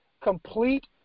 complete